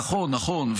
נכון, נכון.